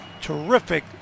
terrific